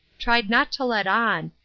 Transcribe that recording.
tried not to let on,